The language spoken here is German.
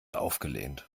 aufgelehnt